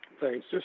Thanks